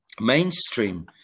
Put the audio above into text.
mainstream